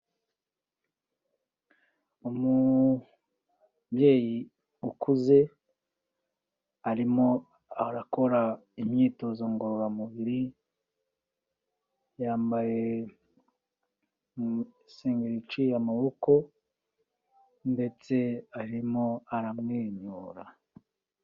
Umubyeyi ukuze, arimo arakora imyitozo ngororamubiri, yambaye isengeri iciye amaboko, ndetse arimo aramwenyura.